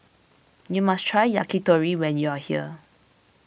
you must try Yakitori when you are here